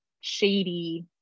shady